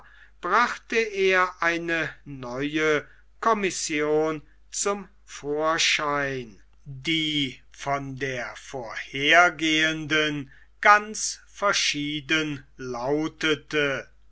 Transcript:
brachte er eine neue commission zum vorschein die von der vorhergehenden ganz verschieden lautete